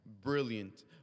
brilliant